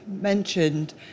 mentioned